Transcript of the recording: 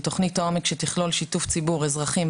תוכנית העומק שתכלול שיתוף ציבור אזרחים,